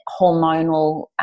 hormonal